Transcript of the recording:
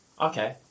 okay